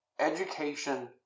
education